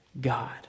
God